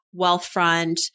Wealthfront